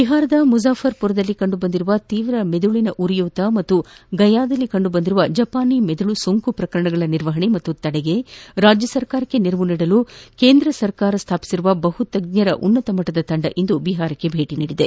ಬಿಹಾರದ ಮುಜಾಫರ್ಪುರದಲ್ಲಿ ಕಂಡುಬಂದಿರುವ ತೀವ್ರ ಮೆದುಳಿನ ಉರಿಯೂತ ಹಾಗೂ ಗಯಾದಲ್ಲಿ ಕಂಡುಬಂದಿರುವ ಜಪಾನಿ ಮೆದುಳು ಸೋಂಕು ಪ್ರಕರಣಗಳ ನಿರ್ವಹಣೆ ಹಾಗೂ ತಡೆಗೆ ರಾಜ್ಯ ಸರ್ಕಾರಕ್ಕೆ ನೆರವಾಗಲು ಕೇಂದ್ರ ಸರ್ಕಾರ ಸ್ಥಾಪಿಸಿರುವ ಬಹು ತಜ್ಞರ ಉನ್ನತ ಮಟ್ಟದ ತಂಡ ಇಂದು ಬಿಹಾರಕ್ಕೆ ಭೇಟಿ ನೀಡಲಿದೆ